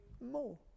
more